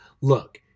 look